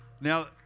Now